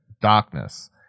darkness